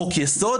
חוק-יסוד,